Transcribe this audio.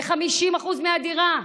ב-50% מהדירה.